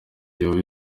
yoba